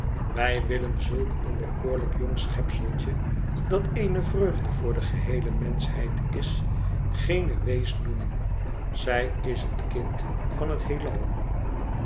wij willen zulk een bekoorlijk jong schepseltje dat eene vreugde voor de geheele menschheid is geene wees noemen zij is het kind van het heelal